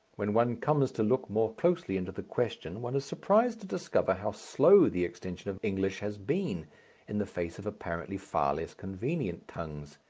when one comes to look more closely into the question one is surprised to discover how slow the extension of english has been in the face of apparently far less convenient tongues.